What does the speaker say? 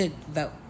vote